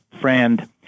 friend